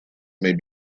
may